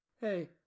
Hey